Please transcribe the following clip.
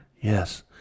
Yes